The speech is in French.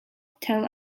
tel